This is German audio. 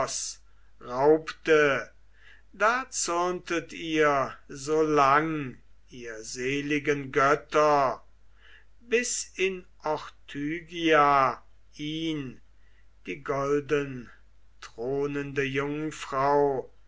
raubte da zürnetet ihr so lang ihr seligen götter bis in ortygia ihn die goldenthronende jungfrau